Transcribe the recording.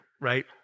right